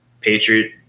Patriot